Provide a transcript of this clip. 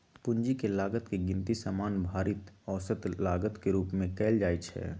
पूंजी के लागत के गिनती सामान्य भारित औसत लागत के रूप में कयल जाइ छइ